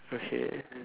okay